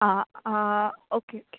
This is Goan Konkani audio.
आ आ ओके ओके